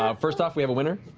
um first off, we have a winner.